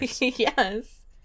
Yes